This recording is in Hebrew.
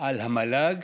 על המל"ג,